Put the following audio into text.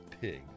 pig